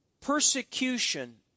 Persecution